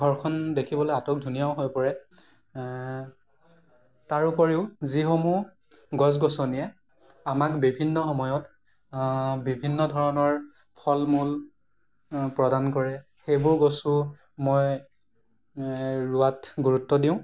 ঘৰখন দেখিবলৈ আটকধুনীয়াও হৈ পৰে তাৰোপৰিও যিসমূহ গছ গছনিয়ে আমাক বিভিন্ন সময়ত বিভিন্ন ধৰণৰ ফল মূল প্ৰদান কৰে সেইবোৰ গছো মই ৰোৱাত গুৰুত্ব দিওঁ